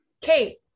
Kate